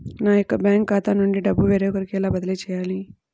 నా యొక్క బ్యాంకు ఖాతా నుండి డబ్బు వేరొకరికి ఎలా బదిలీ చేయాలి?